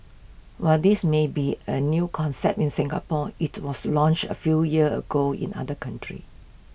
while this may be A new concept in Singapore IT was launched A few years ago in other countries